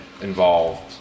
involved